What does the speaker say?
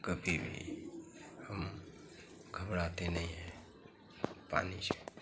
कभी भी हम घबराते नहीं है पानी से